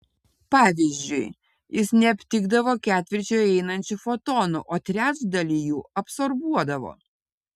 pavyzdžiui jis neaptikdavo ketvirčio įeinančių fotonų o trečdalį jų absorbuodavo